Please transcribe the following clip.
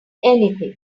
anything